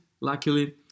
luckily